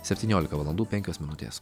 septyniolika valandų penkios minutės